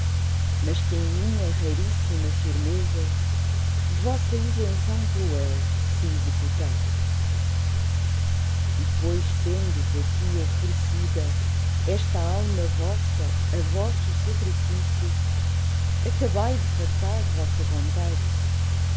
mas que em minha raríssima firmeza vossa isenção cruel se executasse e pois tendes aqui oferecida e sta alma vossa a vosso sacrifício acabai de fartar vossa vontade